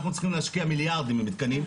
אנחנו צריכים להשקיע מיליארדים במתקנים.